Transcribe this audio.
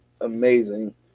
amazing